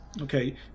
Okay